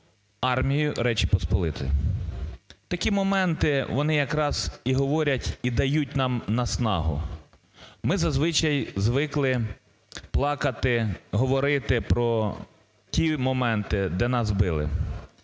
армією Речі Посполитої. Такі моменти, вони якраз і говорять, і дають нам наснагу. Ми зазвичай звикли плакати, говорити про ті моменти, де нас били.